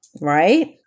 right